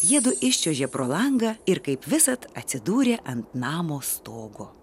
jiedu iščiuožė pro langą ir kaip visad atsidūrė ant namo stogo